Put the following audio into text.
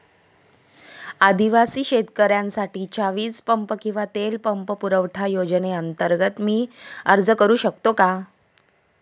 आदिवासी शेतकऱ्यांसाठीच्या वीज पंप किंवा तेल पंप पुरवठा योजनेअंतर्गत मी अर्ज करू शकतो का?